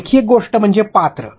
आणखी एक गोष्ट म्हणजे पात्र